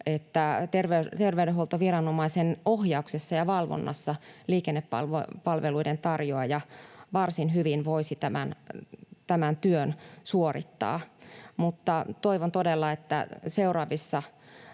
että terveydenhuoltoviranomaisen ohjauksessa ja valvonnassa liikennepalveluiden tarjoaja varsin hyvin voisi tämän työn suorittaa. Mutta toivon todella, että seuraavissa